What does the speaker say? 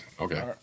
Okay